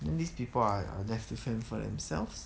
and then these people are are left to fend for themselves